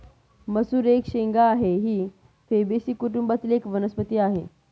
मसूर एक शेंगा ही फेबेसी कुटुंबातील एक वनस्पती आहे